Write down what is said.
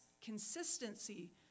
consistency